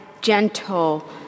gentle